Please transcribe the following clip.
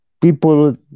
people